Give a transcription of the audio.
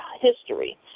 history